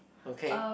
okay